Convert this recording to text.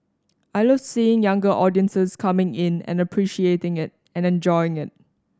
I love seeing younger audiences coming in and appreciating it and and enjoying it